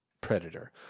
predator